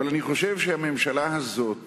אני חושב שהממשלה הזאת